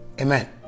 Amen